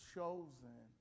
Chosen